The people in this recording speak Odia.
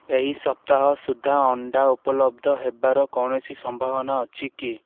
ଏହି ସପ୍ତାହ ସୁଦ୍ଧା ଅଣ୍ଡା ଉପଲବ୍ଧ ହେବାର କୌଣସି ସମ୍ଭାବନା ଅଛି କି